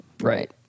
right